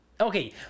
Okay